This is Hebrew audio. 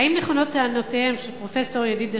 שאלה אחת: האם נכונות טענותיהם של פרופסור ידידיה